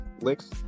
licks